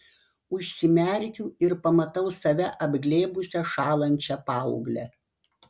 užsimerkiu ir pamatau save apglėbusią šąlančią paauglę